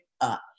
up